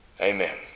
Amen